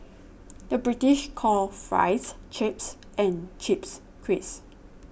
the British calls Fries Chips and Chips Crisps